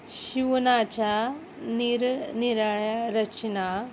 शिवण्याच्या निरनिराळ्या रचना